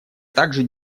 также